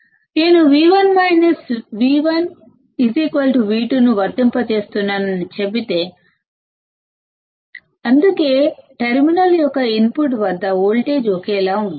నేను V1V2 ను వర్తింపజేస్తున్నానని చెబితే అందుకే టెర్మినల్ యొక్క ఇన్పుట్ వద్ద వోల్టేజ్ ఒకేలా ఉంటుంది